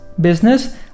business